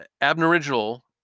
Aboriginal